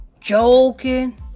joking